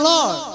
Lord